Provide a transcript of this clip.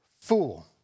fool